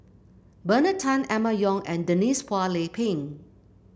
Bernard Tan Emma Yong and Denise Phua Lay Peng